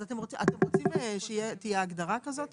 אז אתם רוצים שתהיה הגדרה כזאת,